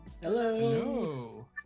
hello